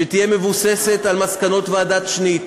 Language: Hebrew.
שתהיה מבוססת על מסקנות ועדת שניט.